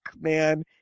man